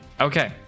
Okay